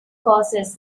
causes